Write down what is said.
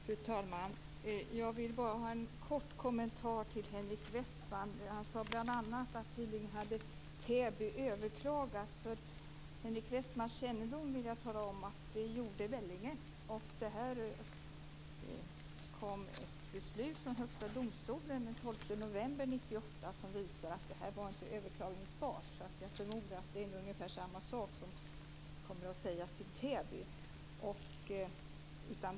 Fru talman! Jag vill bara göra en kort kommentar till Henrik Westman. Han sade bl.a. att Täby tydligen hade överklagat. För Henrik Westmans kännedom vill jag tala om att Vellinge gjorde det. Det kom ett beslut från Högsta Domstolen den 12 november 1998 som visade att det inte var överklagningsbart. Jag förmodar det är ungefär samma sak som kommer att sägas till Täby.